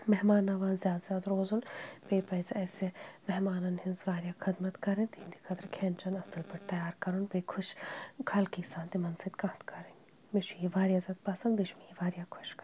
مہمان نواز زیادٕ زیادٕ روزُن بیٚیہِ پَزِ اَسہِ مہمانَن ہٕنٛز واریاہ خدمت کَرٕنۍ تِہٕنٛدِ خٲطرٕ کھٮ۪ن چٮ۪ن اَصٕل پٲٹھۍ تیار کَرُن بیٚیہِ خۄش خلکی سان تِمَن سۭتۍ کَتھ کَرٕنۍ مےٚ چھُ یہِ واریاہ زیادٕ پَسنٛد بیٚیہِ چھُ مےٚ یہِ واریاہ خۄش کَران